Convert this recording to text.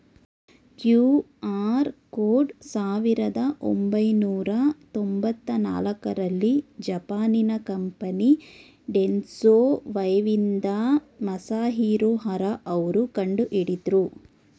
QR code ಸಾವಿರದ ಒಂಬೈನೂರ ತೊಂಬತ್ತ ನಾಲ್ಕುರಲ್ಲಿ ಜಪಾನಿನ ಕಂಪನಿ ಡೆನ್ಸೊ ವೇವ್ನಿಂದ ಮಸಾಹಿರೊ ಹರಾ ಅವ್ರು ಕಂಡುಹಿಡಿದ್ರು